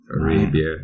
Arabia